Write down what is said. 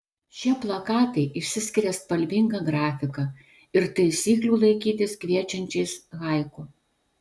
šie plakatai išsiskiria spalvinga grafika ir taisyklių laikytis kviečiančiais haiku